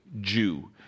Jew